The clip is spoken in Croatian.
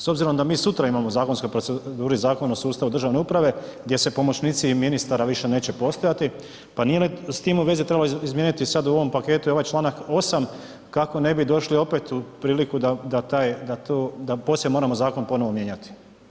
S obzirom da mi sutra imamo zakonske proceduri Zakon o sustavu državne uprave, gdje se pomoćnici ministara više neće postojati, pa nije li s tim u vezi trebalo izmijeniti sad u ovom paketu i ovaj čl. 8. kako ne bi došli opet u priliku da taj, da to, da poslije moramo zakon ponovo mijenjati?